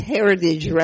Heritage